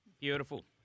beautiful